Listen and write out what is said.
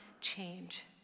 change